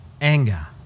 anger